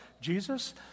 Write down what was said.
Jesus